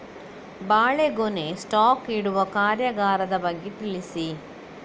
ಬಾಳೆಗೊನೆ ಸ್ಟಾಕ್ ಇಡುವ ಕಾರ್ಯಗಾರದ ಬಗ್ಗೆ ತಿಳಿಸಿ